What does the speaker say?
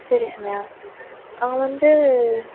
சரி சுமையா அங்கே வந்து